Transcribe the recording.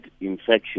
infection